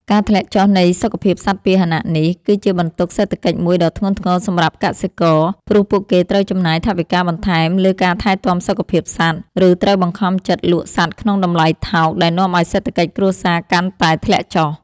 ការធ្លាក់ចុះនៃសុខភាពសត្វពាហនៈនេះ គឺជាបន្ទុកសេដ្ឋកិច្ចមួយដ៏ធ្ងន់ធ្ងរសម្រាប់កសិករ ព្រោះពួកគេត្រូវចំណាយថវិកាបន្ថែមលើការថែទាំសុខភាពសត្វ ឬត្រូវបង្ខំចិត្តលក់សត្វក្នុងតម្លៃថោក ដែលនាំឱ្យសេដ្ឋកិច្ចគ្រួសារកាន់តែធ្លាក់ចុះ។